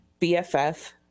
BFF